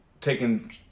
taking